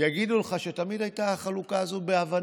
יגידו לך שתמיד הייתה החלוקה הזאת בהבנה.